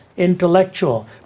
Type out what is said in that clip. intellectual